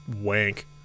wank